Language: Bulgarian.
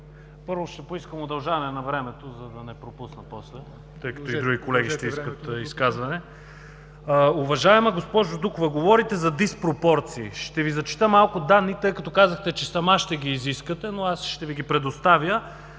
Първо, ще поискам удължаване на времето, за да не пропусна после, тъй като и други колеги ще искат изказване. Уважаема госпожо Дукова, говорите за диспропорции. Ще Ви зачета малко данните, като казахте, че сама ще ги изискате, но аз ще Ви ги предоставя.